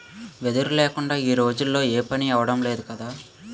వెదురు లేకుందా ఈ రోజుల్లో ఏపనీ అవడం లేదు కదా